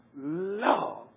love